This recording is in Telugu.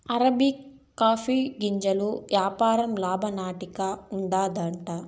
అరబికా కాఫీ గింజల యాపారం లాభసాటిగా ఉండాదట